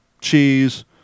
cheese